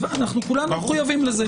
אנחנו כולנו מחויבים לזה.